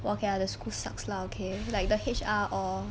K lah the school sucks lah okay like the H_R or